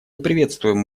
приветствуем